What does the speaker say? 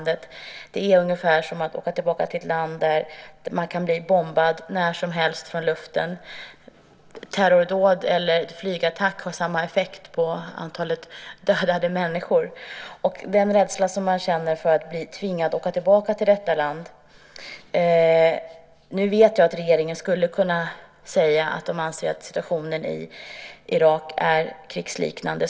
Det är ungefär som att åka tillbaka till ett land där man när som helst kan bli bombad från luften. Terrordåd och flygattacker har samma effekt när det gäller antalet dödade människor. Det handlar om den rädsla som man känner för att bli tvingad att åka tillbaka till detta land. Jag vet att regeringen skulle kunna säga att man anser att situationen i Irak är krigsliknande.